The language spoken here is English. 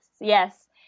yes